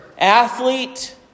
athlete